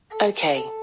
Okay